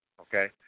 okay